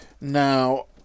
Now